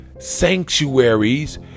sanctuaries